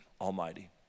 Almighty